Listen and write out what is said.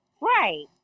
Right